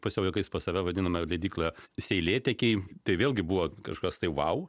pusiau juokais save vadinome leidykloje seilėtekiai tai vėlgi buvo kažkas tai vau